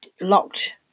locked